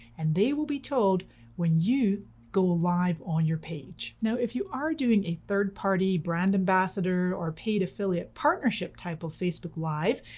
and they will be told when you go live on your page. now if you are doing a third party, brand ambassador, or paid affiliate partnership type of facebook live,